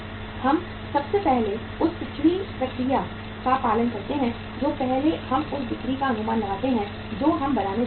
हम सबसे पहले उस पिछड़ी प्रक्रिया का पालन करते हैं जो पहले हम उस बिक्री का अनुमान लगाते हैं जो हम बनाने जा रहे हैं